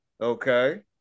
Okay